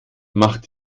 macht